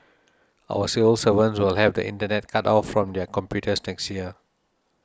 our civil servants will have the Internet cut off from their computers next year